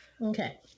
Okay